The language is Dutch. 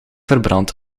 verbrand